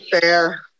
Fair